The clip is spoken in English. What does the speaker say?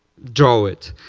draw it.